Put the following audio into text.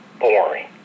boring